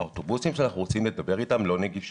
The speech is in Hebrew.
האוטובוסים שאנחנו רוצים לתגבר איתם לא נגישים.